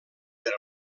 per